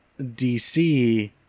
DC